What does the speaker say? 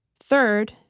third,